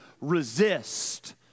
Resist